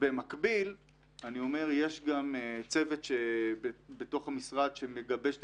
במקביל יש גם צוות בתוך המשרד שמגבש את